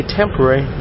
temporary